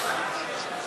הצעת